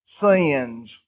sins